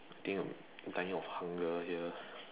think I'm dying of hunger here